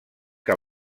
que